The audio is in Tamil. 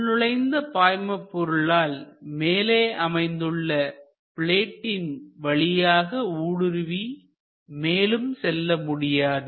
உள் நுழைந்த பாய்மபொருளால் மேலே அமைந்துள்ள பிளேட்டின் வழியாக ஊடுருவி மேலும் செல்ல முடியாது